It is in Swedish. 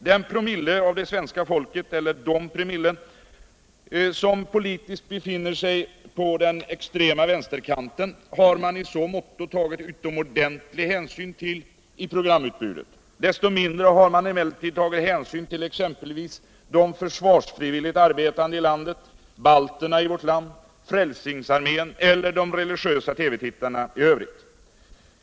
Den promille av det svenska folket som politiskt befinner sig på den extrema vänsterkanten har man i så måtto tagit utomordentlig hänsyn till i programutbudet. Desto mindre har man emellertid tagit hänsyn till exempelvis de försvarsfrivilligt arbetande i landet. balterna i vårt land, Frälsningsarmén eller de religiösa TV-tittarna i övrigt.